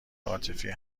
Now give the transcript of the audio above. عاطفی